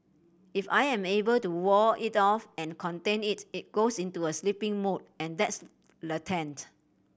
if I am able to wall it off and contain it it goes into a sleeping mode and that's latent